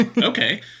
okay